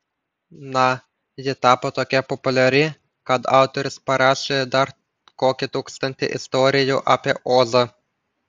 na ji tapo tokia populiari kad autorius parašė dar kokį tūkstantį istorijų apie ozą